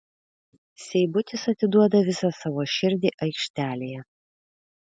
seibutis atiduoda visą savo širdį aikštelėje